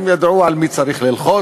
הם היו יודעים על מי צריך ללחוץ